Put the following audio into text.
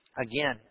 again